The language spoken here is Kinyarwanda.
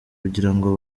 kugirango